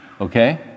Okay